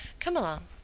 come along.